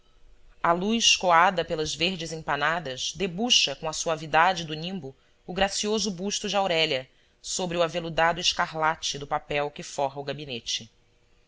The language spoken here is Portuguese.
a luz coada pelas verdes empanadas debuxa com a suavidade do nimbo o gracioso busto de aurélia sobre o aveludado escarlate do papel que forra o gabinete